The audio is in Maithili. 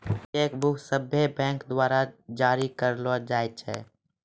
चेक बुक सभ्भे बैंक द्वारा जारी करलो जाय छै